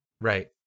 Right